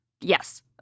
Yes